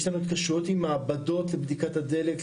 יש לנו התקשרויות עם מעבדות לבדיקת הדלק,